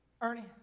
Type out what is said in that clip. Ernie